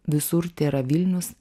visur tėra vilnius